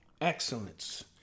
excellence